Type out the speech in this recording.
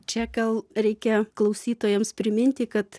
čia gal reikia klausytojams priminti kad